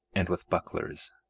and with bucklers,